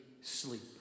sleep